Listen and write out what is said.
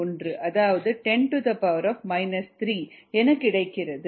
001 அதாவது 10 3 என கிடைக்கிறது